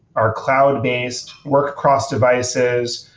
are cloud-based, worked across devices,